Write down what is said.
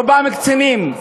רובם קצינים,